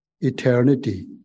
Eternity